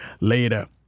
Later